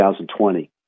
2020